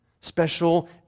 special